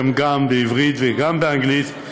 גם בעברית וגם באנגלית,